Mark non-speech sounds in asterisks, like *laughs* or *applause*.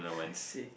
*laughs* I see